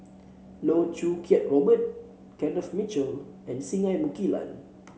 Loh Choo Kiat Robert Kenneth Mitchell and Singai Mukilan